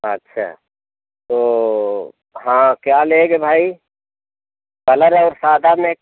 अच्छा तो हाँ क्या लेंगे भाई कलर और सादा में